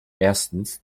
erstens